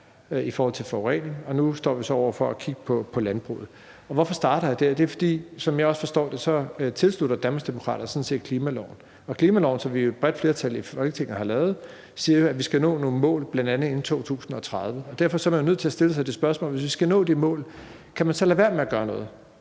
i forhold til forurening, og nu står vi så over for at kigge på landbruget. Og hvorfor starter jeg der? Det gør jeg, fordi Danmarksdemokraterne, som jeg forstår det, sådan set også tilslutter sig klimaloven, og klimaloven, som vi jo har lavet med et bredt flertal i Folketinget, siger jo, at vi skal nå nogle mål, bl.a. inden 2030, og derfor er man jo nødt til at stille sig det spørgsmål, om man, hvis man skal nå det mål, så kan lade være med at gøre noget,